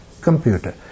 computer